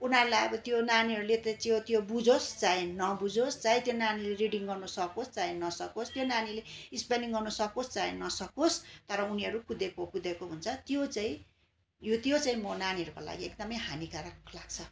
उनीहरूलाई अब त्यो नानीहरूले त च्यो त्यो बुझोस् चाहे नबुझोस् चाहे त्यो नानीले रिडिङ गर्नु सकोस् चाहे नसकोस् त्यो नानीले स्पेलिङ गर्नु सकोस् चाहे नसकोस् तर उनीहरू कुदेको कुदेको हुन्छ त्यो चाहिँ यो त्यो चाहिँ म नानीहरूको लागि एकदमै हानीकारक लाग्छ